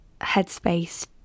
headspace